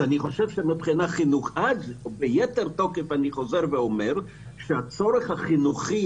אני חושב שהצורך החינוכי,